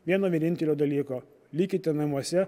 vieno vienintelio dalyko likite namuose